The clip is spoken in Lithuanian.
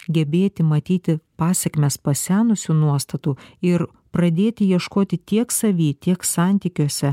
gebėti matyti pasekmes pasenusių nuostatų ir pradėti ieškoti tiek savy tiek santykiuose